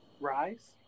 Rise